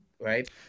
right